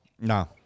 No